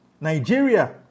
Nigeria